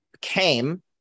came